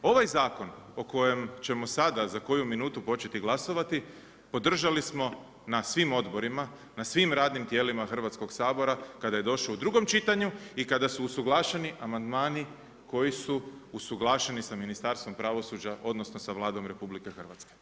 Ovaj zakon o kojem ćemo sada za koju minutu početi glasovati podržali smo na svim odborima, na svim radnim tijelima Hrvatskog sabora kada je došao u drugom čitanju i kada su usuglašeni amandmani koji su usuglašeni sa Ministarstvom pravosuđa, odnosno sa Vladom RH.